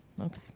Okay